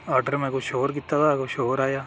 order में कुछ होर कीते दा ते कुछ होर आया